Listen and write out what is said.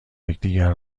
یکدیگر